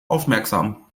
aufmerksam